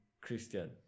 Christian